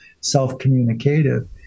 self-communicative